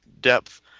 depth